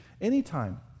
anytime